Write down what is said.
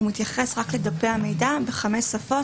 התקנות מתייחסות רק לדפי המידע בחמש שפות,